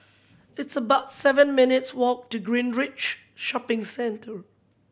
it's about seven minutes' walk to Greenridge Shopping Centre